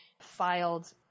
filed